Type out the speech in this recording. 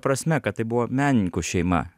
prasme kad tai buvo menininkų šeima